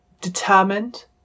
determined